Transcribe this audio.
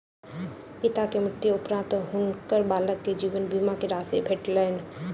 पिता के मृत्यु उपरान्त हुनकर बालक के जीवन बीमा के राशि भेटलैन